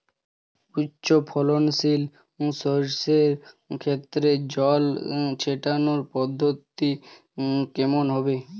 উচ্চফলনশীল শস্যের ক্ষেত্রে জল ছেটানোর পদ্ধতিটি কমন হবে?